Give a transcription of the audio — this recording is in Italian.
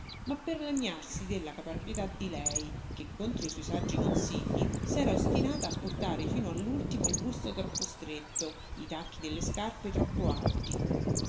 ma per lagnarsi della caparbietà di lei che contro i suoi saggi consigli s'era ostinata a portare fino all'ultimo il busto troppo stretto i tacchi delle scarpe troppo alti